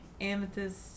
Amethyst